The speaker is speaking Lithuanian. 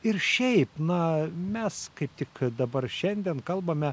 ir šiaip na mes kaip tik dabar šiandien kalbame